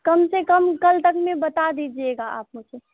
کم سے کم کل تک میں بتا دیجیے گا آپ مجھے